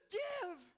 give